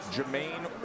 Jermaine